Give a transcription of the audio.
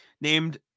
Named